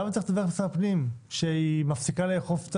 למה צריך לדווח למשרד הפנים שהיא מפסיקה לאכוף,